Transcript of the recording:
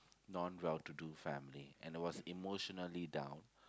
non well to do family and was emotionally down